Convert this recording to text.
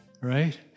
right